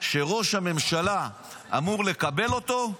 שראש הממשלה אמור לקבל אותו,